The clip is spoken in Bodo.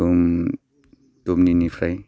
दुम दुमनिफ्राय